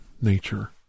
nature